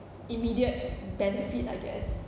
immediate benefit I guess